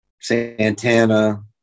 Santana